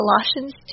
Colossians